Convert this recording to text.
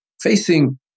Facing